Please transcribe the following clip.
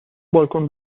بالکن